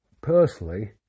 personally